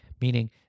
Meaning